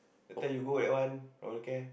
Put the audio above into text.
that time you go at one okay